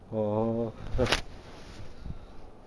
oh 呵